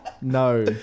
No